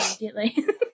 immediately